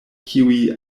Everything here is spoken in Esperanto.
kiuj